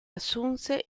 assunse